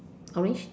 orange